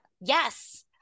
yes